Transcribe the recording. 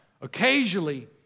occasionally